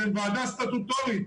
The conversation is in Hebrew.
אתם ועדה סטטוטורית.